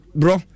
bro